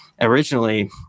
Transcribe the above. originally